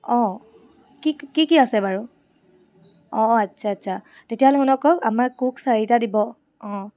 অ' কি কি আছে বাৰু অ' অ' আচ্ছা আচ্ছা তেতিয়া হ'লে শুনক আকৌ আমাক ক'ক চাৰিটা দিব অ'